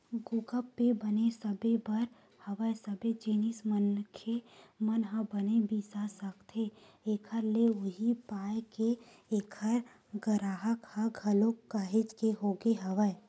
गुगप पे बने सबे बर हवय सबे जिनिस मनखे मन ह बने बिसा सकथे एखर ले उहीं पाय के ऐखर गराहक ह घलोक काहेच के होगे हवय